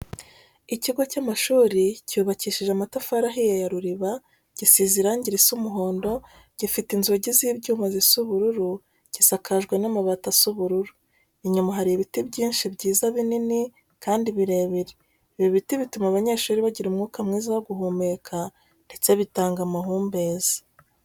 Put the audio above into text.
Ikigo cy'amashuri cyubakishije amatafari ahiye ya ruriba, gisize irangi risa umuhondo, gifite inzugi z'ibyuma zisa ubururu, gisakajwe n'amabati asa ubururu. Inyuma hari ibiti byinshi byiza binini kandi birebire, ibi biti bituma abanyeshuri bagira umwuka mwiza wo guhumeka, ndetse bitanga amahumbezi.